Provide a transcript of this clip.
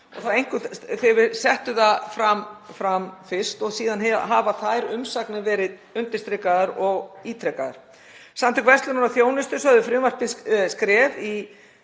einkum þegar við settum það fram fyrst og síðan hafa þær umsagnir verið undirstrikaðar og ítrekaðar. Samtök verslunar og þjónustu sögðu frumvarpið skref í